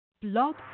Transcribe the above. Blog